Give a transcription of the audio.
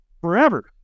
forever